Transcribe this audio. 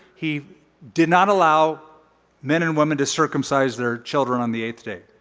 he did not allow men and women to circumcise their children on the eighth day.